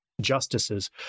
justices